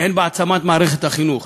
הן בהעצמת מערכת החינוך,